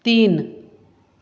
तीन